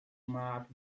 mark